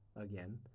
again